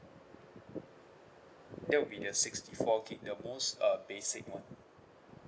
that will be the sixty four gig the most uh basic one